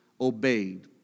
obeyed